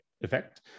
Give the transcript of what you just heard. effect